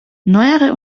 neuere